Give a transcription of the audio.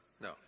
No